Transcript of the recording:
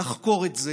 לחקור את זה,